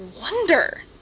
wonder